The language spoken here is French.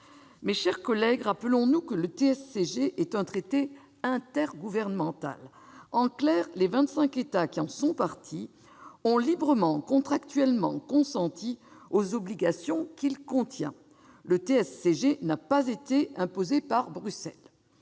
Mes chers collègues, rappelons-nous que le TSCG est un traité intergouvernemental. En clair, les vingt-cinq États qui en sont parties ont librement et contractuellement consenti aux obligations qu'il contient. Le TSCG n'a pas été imposé par Bruxelles